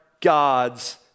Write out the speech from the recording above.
God's